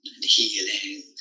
healing